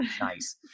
Nice